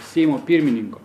seimo pirmininko